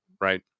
Right